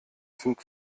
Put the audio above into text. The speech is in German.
sind